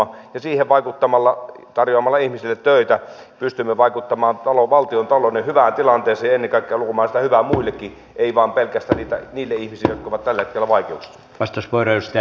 ja siihen vaikuttamalla tarjoamalla ihmisille töitä pystymme vaikuttamaan valtiontalouden hyvään tilanteeseen ja ennen kaikkea luomaan sitä hyvää muillekin ei vain pelkästään niille ihmisille jotka ovat tällä hetkellä vaikeuksissa